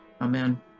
Amen